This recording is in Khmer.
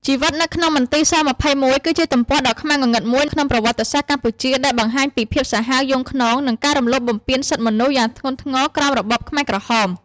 ជីវិតនៅក្នុងមន្ទីរស-២១ គឺជាទំព័រដ៏ខ្មៅងងឹតមួយក្នុងប្រវត្តិសាស្ត្រកម្ពុជា ដែលបង្ហាញពីភាពសាហាវយង់ឃ្នង និងការរំលោភបំពានសិទ្ធិមនុស្សយ៉ាងធ្ងន់ធ្ងរក្រោមរបបខ្មែរក្រហម។